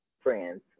friends